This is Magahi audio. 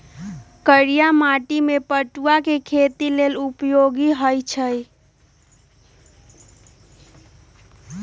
करिया माटि में पटूआ के खेती लेल उपयोगी होइ छइ